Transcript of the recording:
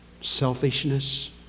selfishness